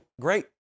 great